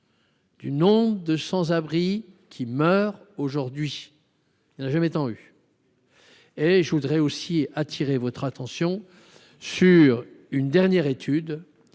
Du nom de sans abris qui meurent aujourd'hui je met en eu. Et je voudrais aussi attirer votre attention sur une dernière étude